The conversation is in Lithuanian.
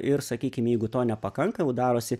ir sakykim jeigu to nepakanka jau darosi